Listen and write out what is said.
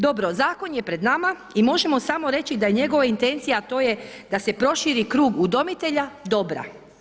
Dobro, zakon je pred nama i možemo samo reći da je njegova intencija da se proširi krug udomitelja, dobra.